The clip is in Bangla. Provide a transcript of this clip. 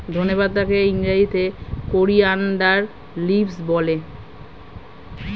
ধনে পাতাকে ইংরেজিতে কোরিয়ানদার লিভস বলে